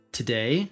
today